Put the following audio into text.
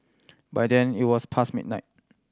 by then it was pass midnight